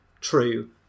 true